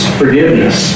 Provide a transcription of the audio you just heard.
forgiveness